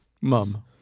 Mum